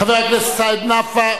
חבר הכנסת סעיד נפאע,